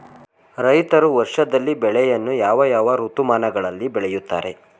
ರೈತರು ವರ್ಷದಲ್ಲಿ ಬೆಳೆಯನ್ನು ಯಾವ ಯಾವ ಋತುಮಾನಗಳಲ್ಲಿ ಬೆಳೆಯುತ್ತಾರೆ?